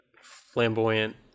flamboyant